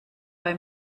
bei